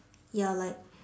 ya like